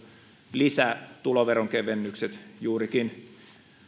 lisätuloveronkevennykset juurikin